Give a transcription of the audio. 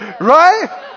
Right